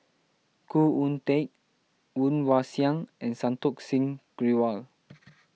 Khoo Oon Teik Woon Wah Siang and Santokh Singh Grewal